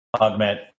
augment